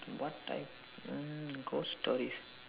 what type mm ghost stories